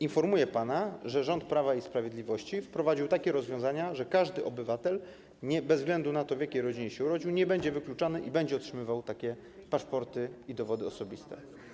Informuję pana, że rząd Prawa i Sprawiedliwości wprowadził takie rozwiązania, że każdy obywatel bez względu na to, w jakiej rodzinie się urodził, nie będzie wykluczany i będzie otrzymywał takie paszporty i dowody osobiste.